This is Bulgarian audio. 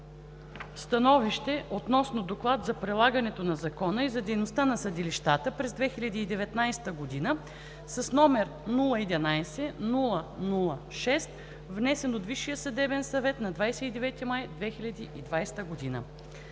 „СТАНОВИЩЕ относно Доклад за прилагането на закона и за дейността на съдилищата през 2019 г., № 011-00-6, внесен от Висшия съдебен съвет на 29 май 2020 г.